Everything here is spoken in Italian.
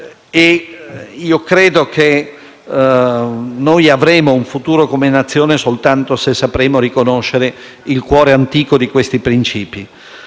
Credo che noi avremo un futuro come Nazione soltanto se sapremo riconoscere il cuore antico di questi principi,